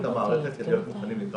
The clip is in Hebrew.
בוקר טוב לכולם,